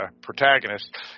protagonist